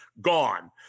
gone